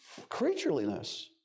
creatureliness